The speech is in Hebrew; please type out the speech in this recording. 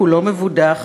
כולו מבודח,